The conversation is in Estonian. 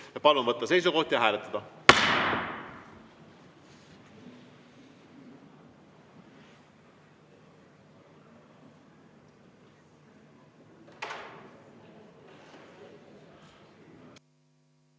Palun võtta seisukoht ja hääletada!